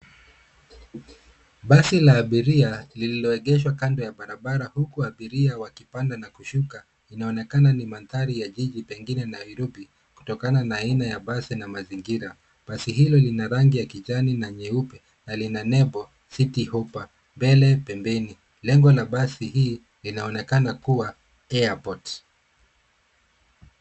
Basi la abiria, lililoegeshwa kando ya barabara, huku abiria wakipanda na kushuka, inaonekana ni mandhari ya jiji, pengine Nairobi, kutokana na aina ya basi na mazingira. Basi hilo lina rangi ya kijani na nyeupe na lina nembo City Hoppa . Mbele, pembeni. Lengo la basi hii linaonekana kuwa airport .